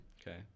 okay